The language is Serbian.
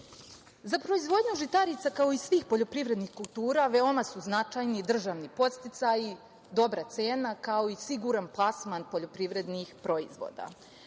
proizvodnju žitarica, kao i svih poljoprivrednih kultura, veoma su značajni državni podsticaju, dobra cena, kao i siguran plasman poljoprivrednih proizvoda. Dakle,